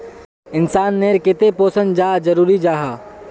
इंसान नेर केते पोषण चाँ जरूरी जाहा?